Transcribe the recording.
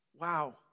Wow